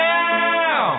now